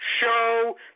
show